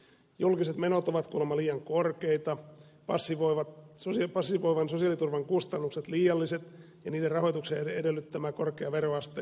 julkiset menot ovat kuulemma liian korkeita passivoivan sosiaaliturvan kustannukset liialliset ja niiden rahoituksen edellyttämä korkea veroaste tappaa yritteliäisyyden